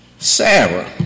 Sarah